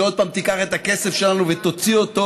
שעוד פעם תיקח את הכסף שלנו ותוציא אותו